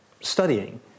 studying